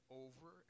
over